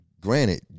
granted